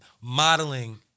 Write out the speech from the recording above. modeling